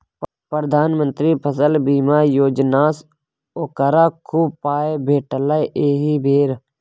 प्रधानमंत्री फसल बीमा योजनासँ ओकरा खूब पाय भेटलै एहि बेर